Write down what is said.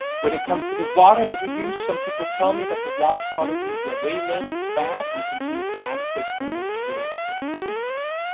when it comes to the water that you use, some people tell me that the water quality where they live is bad and contains additives that may kill the and the yeast.